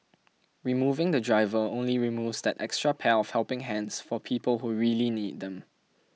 removing the driver only removes that extra pair of helping hands for people who really need them